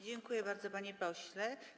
Dziękuję bardzo, panie pośle.